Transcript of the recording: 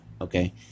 okay